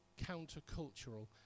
countercultural